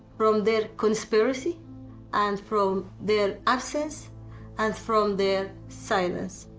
from their conspiracy and from their absence and from their silence.